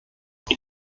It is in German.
die